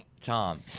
Tom